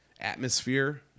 atmosphere